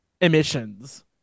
emissions